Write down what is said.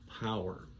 power